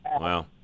Wow